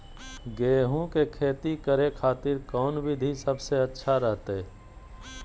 गेहूं के खेती करे खातिर कौन विधि सबसे अच्छा रहतय?